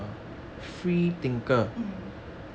um